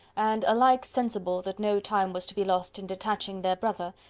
and, alike sensible that no time was to be lost in detaching their brother,